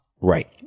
Right